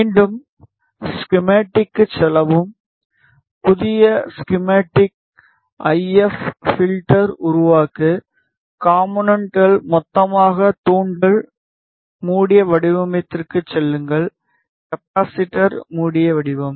மீண்டும் ஸ்கிமெடிக்கு செலவும் புதிய ஸ்கிமெடிக் ஐ எப் பில்டர் உருவாக்கு காம்போனென்ட்கள் மொத்தமாக தூண்டல் மூடிய வடிவத்திற்குச் செல்லுங்கள் கப்பாசிட்டர் மூடிய வடிவம்